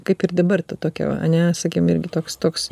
kaip ir dabar tokia va ane sakykime irgi toks toks